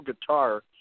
guitar